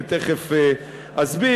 ותכף אסביר,